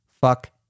Fuck